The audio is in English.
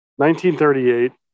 1938